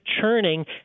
churning